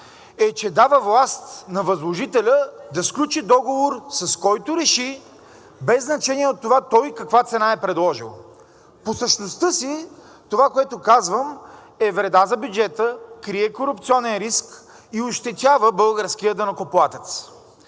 е, че дава власт на възложителя да сключи договор с който реши, без значение от това той каква цена е предложил. По същността си това, което казвам, е вреда за бюджета, крие корупционен риск и ощетява българския данъкоплатец.